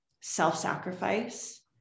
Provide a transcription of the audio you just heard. self-sacrifice